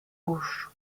gauche